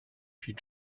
puis